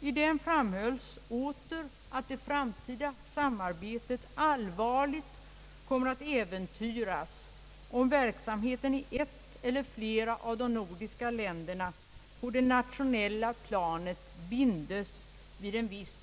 I denna promemoria framhölls ännu en gång, att det framtida samarbetet allvarligt kommer att äventyras om verksamheten i ett eller flera av de nordiska länderna på det nationella planet bindes vid en viss